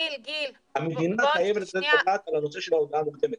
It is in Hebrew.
המדינה חייבת לתת את הדעת על הנושא של ההודעה המוקדמת,